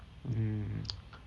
hmm